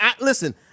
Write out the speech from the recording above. Listen